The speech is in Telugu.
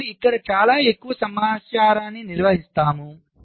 మనము ఇక్కడ చాలా ఎక్కువ సమాచారాన్ని నిర్వహిస్తాము